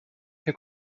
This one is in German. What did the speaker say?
herr